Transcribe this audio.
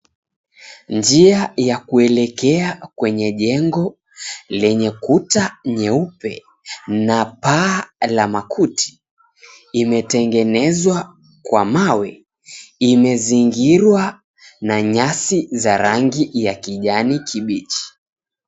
Njia ya kuelekea kwenye jengo lenye kuta nyeupe na paa la makuti imetengenezwa kwa mawe, imezingirwa na nyasi za rangi ya kijani kibichi.